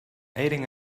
aiding